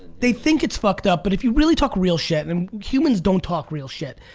they think it's fucked up but if you really talk real shit and humans don't talk real shit,